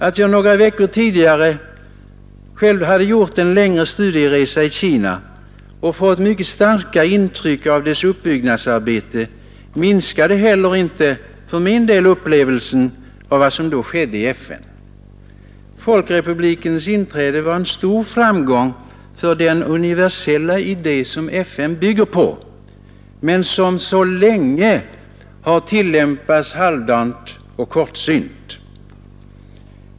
Att jag några veckor tidigare själv hade gjort en längre studieresa i Kina och fått starka intryck av dess uppbyggnadsarbete minskade heller inte för min del upplevelsen av vad som då skedde i FN. Folkrepublikens inträde var en stor framgång för den universella idé som FN bygger på men som så länge tillämpats halvdant och kortsynt.